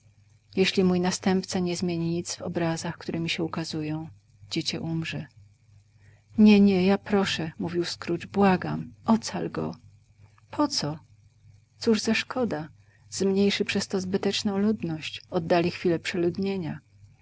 jeśli mój następca nie zmieni nic w obrazach które mi się ukazują dziecię umrze nie nie ja proszę mówił scrooge błagam ocal go poco cóż za szkoda zmniejszy przez to zbyteczną ludność oddali chwilę przeludnienia